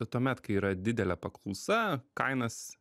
tuomet kai yra didelė paklausa kainas